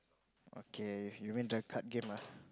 okay you mean the card game ah